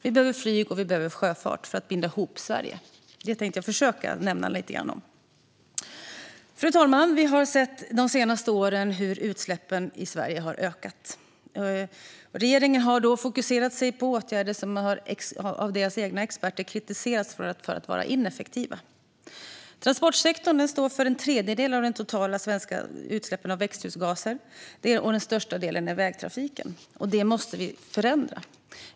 Vi behöver flyg, och vi behöver sjöfart för att binda ihop Sverige. Detta tänkte jag försöka säga något om. Fru talman! Vi har de senaste åren sett att utsläppen i Sverige har ökat. Regeringen har då fokuserat på åtgärder som av de egna experterna har kritiserats för att vara ineffektiva. Transportsektorn står för en tredjedel av de totala svenska utsläppen av växthusgaser, och den största delen kommer från vägtrafiken. Det måste vi förändra.